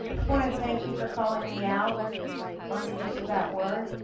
want to thank you for calling me out on the use of that word.